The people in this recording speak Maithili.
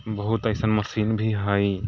बहुत अइसन मशीन भी हय